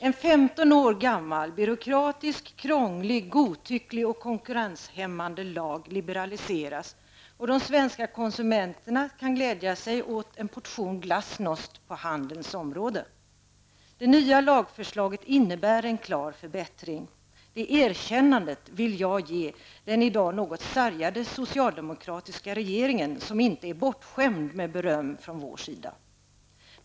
En 15 år gammal byråkratisk, krånglig, godtycklig och konkurrenshämmande lag liberaliseras, och de svenska konsumenterna kan glädja sig åt en portion glasnost på handelns område. Det nya lagförslaget innebär en klar förbättring. Det erkännandet vill jag ge den i dag något sargade socialdemokratiska regeringen, som inte är bortskämd med beröm från vår sida.